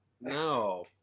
no